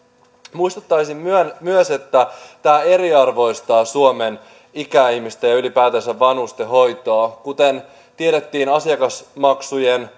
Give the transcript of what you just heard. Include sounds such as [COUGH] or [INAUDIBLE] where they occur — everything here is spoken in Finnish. muistuttaisin myös että tämä eriarvoistaa suomen ikäihmisten ja ylipäätänsä vanhusten hoitoa kuten tiedetään asiakasmaksujen [UNINTELLIGIBLE]